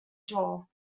jaw